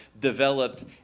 developed